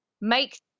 make